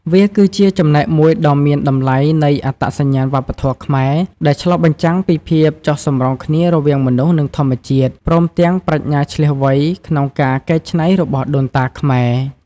វាគឺជាចំណែកមួយដ៏មានតម្លៃនៃអត្តសញ្ញាណវប្បធម៌ខ្មែរ ដែលឆ្លុះបញ្ចាំងពីភាពចុះសម្រុងគ្នារវាងមនុស្ស និងធម្មជាតិ ព្រមទាំងប្រាជ្ញាឈ្លាសវៃក្នុងការកែច្នៃរបស់ដូនតាខ្មែរ។